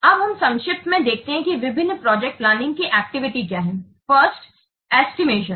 अब हम संक्षेप में देखते हैं कि विभिन्न प्रोजेक्ट प्लानिंग कि एक्टिविटी क्या हैं 1 एस्टिमेशन